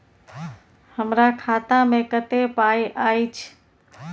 हमरा खाता में कत्ते पाई अएछ?